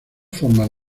formas